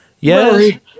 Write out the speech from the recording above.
yes